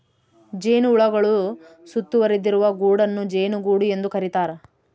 ಜೇನುಹುಳುಗಳು ಸುತ್ತುವರಿದಿರುವ ಗೂಡನ್ನು ಜೇನುಗೂಡು ಎಂದು ಕರೀತಾರ